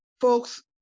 folks